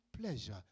pleasure